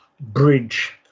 bridge